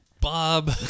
Bob